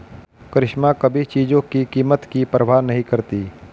करिश्मा कभी चीजों की कीमत की परवाह नहीं करती